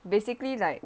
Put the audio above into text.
basically like